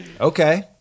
Okay